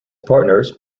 partners